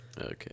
Okay